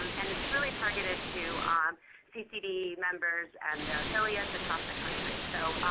and and it's really targeted to um ccd members and their affiliates across the country. so